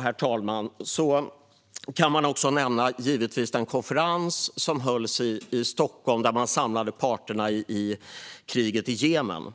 Herr talman! Konkret kan vi också nämna den konferens som hölls i Stockholm, där man samlade parterna i kriget i Jemen.